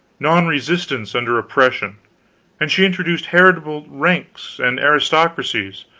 non-resistance under oppression and she introduced heritable ranks and aristocracies,